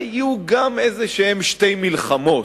היו גם איזה שתי מלחמות,